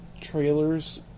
trailers